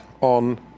on